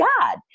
God